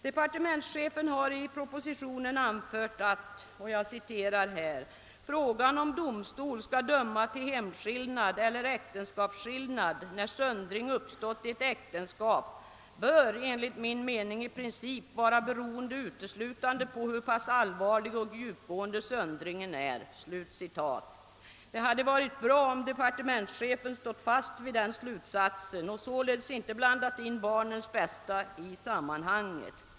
Departementschefen har i propositionen anfört att »frågan om domstol skall döma till hemskillnad eller äktenskapsskillnad när söndring uppstått i ett äktenskap i princip bör vara beroende uteslutande på hur pass allvarlig och djupgående söndringen är». Det hade varit bra om departementschefen hade stått fast vid den slutsatsen och således inte blandat in barnens bästa i sammanhanget.